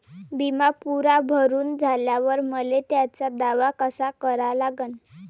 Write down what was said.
बिमा पुरा भरून झाल्यावर मले त्याचा दावा कसा करा लागन?